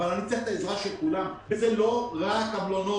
אבל אני צריך את העזרה של כולם ואלה לא רק המלונות.